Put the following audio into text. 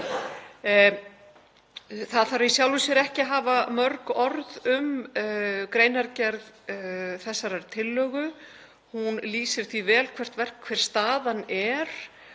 Það þarf í sjálfu sér ekki að hafa mörg orð um greinargerð þessarar tillögu. Hún lýsir því vel hver staðan er